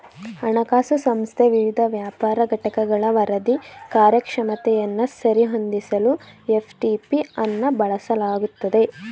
ಹಣಕಾಸು ಸಂಸ್ಥೆ ವಿವಿಧ ವ್ಯಾಪಾರ ಘಟಕಗಳ ವರದಿ ಕಾರ್ಯಕ್ಷಮತೆಯನ್ನ ಸರಿ ಹೊಂದಿಸಲು ಎಫ್.ಟಿ.ಪಿ ಅನ್ನ ಬಳಸಲಾಗುತ್ತೆ